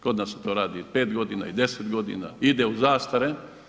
Kod nas se to radi 5 godina i 10 godina, ide u zastare.